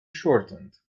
shortened